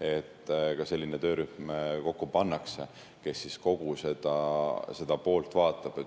et selline töörühm kokku pannakse, kes kogu seda poolt vaatab.